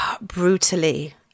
brutally